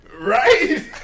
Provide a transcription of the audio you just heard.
Right